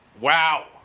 wow